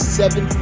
seven